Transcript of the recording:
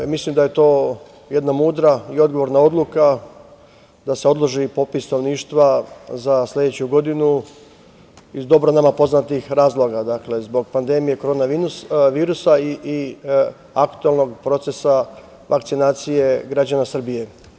Mislim da je to mudra i odgovorna odluka da se odloži popis stanovništva za sledeću godinu iz dobro nama poznatih razloga, dakle zbog pandemije korona virusa i aktuelnog procesa vakcinacije građana Srbije.